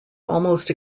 almost